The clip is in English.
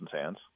hands